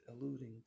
alluding